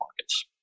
markets